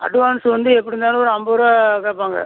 advance வந்து எப்படி இருந்தாலும் ஒரு ஐம்பது ரூபா கேட்பாங்க